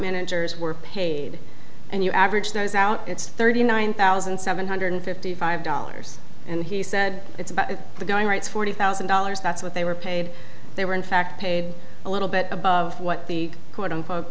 managers were paid and you average those out it's thirty nine thousand seven hundred fifty five dollars and he said it's about the going rates forty thousand dollars that's what they were paid they were in fact paid a little bit above what the quote unquote